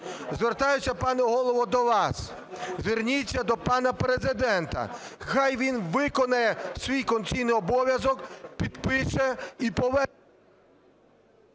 Звертаюся, пане Голово, до вас. Зверніться до пана Президента, хай він виконає свій конституційний обов'язок, підпише і… ГОЛОВУЮЧИЙ.